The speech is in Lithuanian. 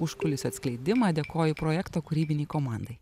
užkulisių atskleidimą dėkoju projekto kūrybinei komandai